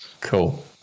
Cool